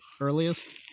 earliest